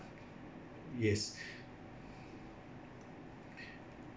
yes